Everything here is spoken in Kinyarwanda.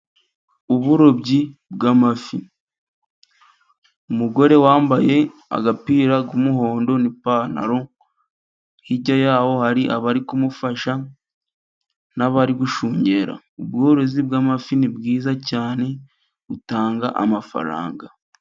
Uburobyi bw'amafi umugore wambaye agapira k'umuhondo n'ipantaro, hirya yaho hari abari kumufasha n'abari gushungera ,ubworozi bw'amafi ni bwiza cyane, butanga amafaranga.